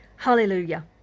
Hallelujah